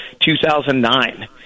2009